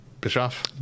Bischoff